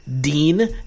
Dean